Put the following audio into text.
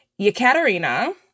Yekaterina